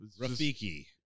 Rafiki